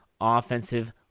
offensive